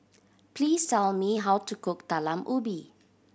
please tell me how to cook Talam Ubi